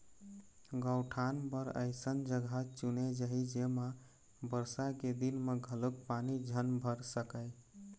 गउठान बर अइसन जघा चुने जाही जेमा बरसा के दिन म घलोक पानी झन भर सकय